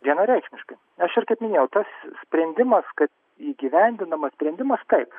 vienareikšmiškai aš ir kaip minėjau tas sprendimas kad įgyvendinamas sprendimas taip